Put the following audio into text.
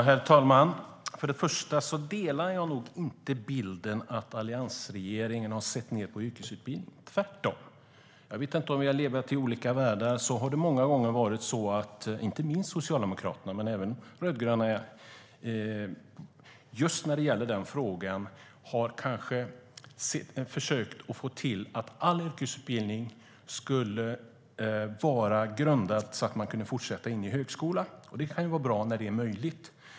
Herr talman! För det första delar jag nog inte bilden av att alliansregeringen har sett ned på yrkesutbildning, tvärtom. Jag vet inte om vi har levat i olika världar. Många gånger har inte minst Socialdemokraterna men även de rödgröna försökt få det till att all yrkesutbildning skulle vara utformad så att man kunde fortsätta in i högskolan. Det kan vara bra när det är möjligt.